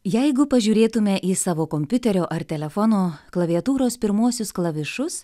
jeigu pažiūrėtume į savo kompiuterio ar telefono klaviatūros pirmuosius klavišus